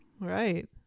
right